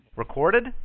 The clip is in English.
Recorded